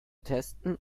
testen